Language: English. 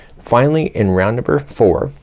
finally in round number four,